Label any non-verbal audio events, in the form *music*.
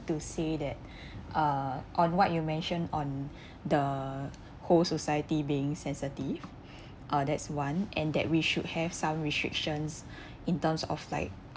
to say that *breath* uh on what you mention on the whole society being sensitive uh that's one and that we should have some restrictions *breath* in terms of like